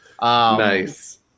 Nice